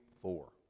four